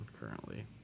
currently